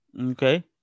Okay